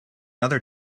other